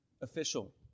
official